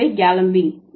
எனவே கேலம்பிங்